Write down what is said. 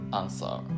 answer